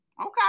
okay